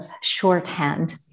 shorthand